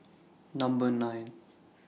Number nine